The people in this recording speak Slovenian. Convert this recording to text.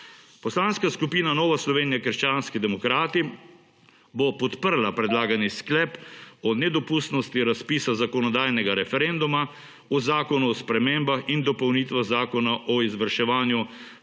Poslanska skupina Nova Slovenija − krščanski demokrati bo podprla predlagani sklep o nedopustnosti razpisa zakonodajnega referenduma o Zakonu o spremembah in dopolnitvah Zakona o izvrševanju